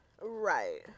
Right